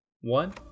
one